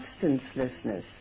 substancelessness